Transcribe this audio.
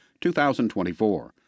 2024